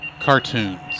Cartoons